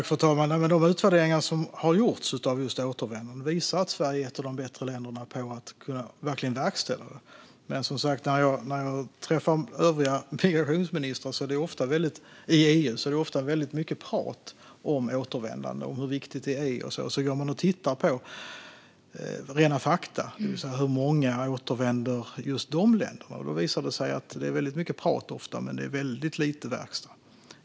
Fru talman! De utvärderingar som har gjorts av återvändanden visar att Sverige är ett av de bättre länderna på att verkligen verkställa dem. När jag träffar övriga migrationsministrar i EU är det som sagt ofta väldigt mycket prat om återvändande och hur viktigt det är. Sedan kan man titta på rena fakta om hur många som återvänder från just de länderna. Då visar det sig att det ofta är väldigt mycket prat men väldigt lite verkstad.